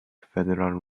federal